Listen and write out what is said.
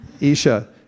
Isha